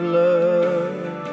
love